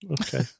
Okay